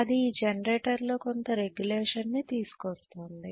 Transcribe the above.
అది ఈ జనరేటర్ లో కొంత రెగ్యులేషన్ ని తీసుకొస్తుంది